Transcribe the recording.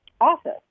office